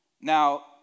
Now